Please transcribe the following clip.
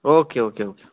okay okay okay